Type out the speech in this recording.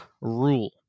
Rule